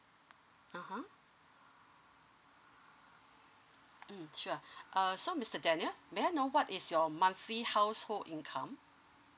a'ah mm sure uh so mister daniel may I know what is your monthly household income